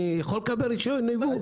אני יכול לקבל רישיון ייבוא?